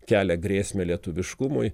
kelia grėsmę lietuviškumui